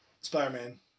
Spider-Man